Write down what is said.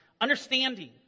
understanding